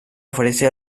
ofrece